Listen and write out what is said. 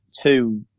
two